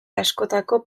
askotako